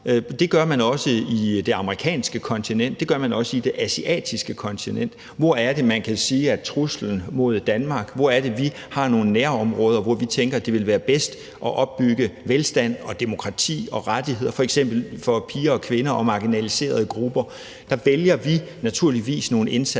Det gør man også på det amerikanske kontinent, og det gør man også på det asiatiske kontinent. Vi ser på, hvor man kan sige, at der er en trussel mod Danmark, hvor der er nogle nærområder, hvor vi tænker at det vil være bedst at opbygge velstand, demokrati og rettigheder, f.eks. for piger, kvinder og marginaliserede grupper. Der vælger vi naturligvis nogle indsatsområder,